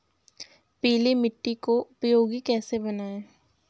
पीली मिट्टी को उपयोगी कैसे बनाएँ?